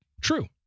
true